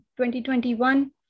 2021